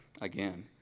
again